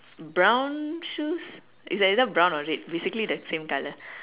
brown shoes is either brown or red basically the same colour